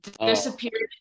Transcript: disappeared